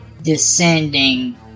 Descending